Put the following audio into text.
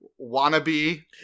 wannabe